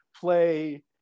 play